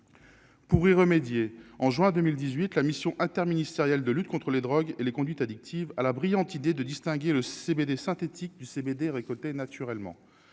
Pour y remédier, en juin 2018, la Mission interministérielle de lutte contre les drogues et les conduites addictives à la brillante idée de distinguer le CBD synthétique du CBD récolté naturellement,